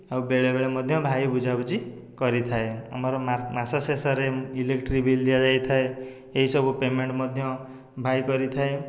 ଆଉ ବେଳେବେଳ ମଧ୍ୟ ଭାଇ ବୁଝାବୁଝି କରିଥାଏ ଆମର ମାସ ଶେଷରେ ଇଲେକ୍ଟ୍ରି ବିଲ୍ ଦିଆଯାଇଥାଏ ଏହିସବୁ ପେମେଣ୍ଟ ମଧ୍ୟ ଭାଇ କରିଥାଏ